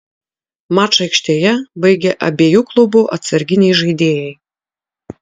mačą aikštėje baigė abiejų klubų atsarginiai žaidėjai